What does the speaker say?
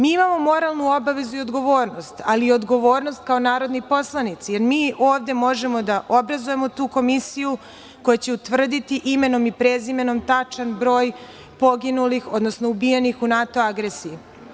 Mi imamo moralnu obavezu i odgovornost, ali i odgovornost kao narodni poslanici, jer mi ovde možemo da obrazujemo tu komisiju koja će utvrditi imenom i prezimenom tačan broj poginulih, odnosno ubijenih u NATO agresiji.